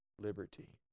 Liberty